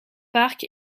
park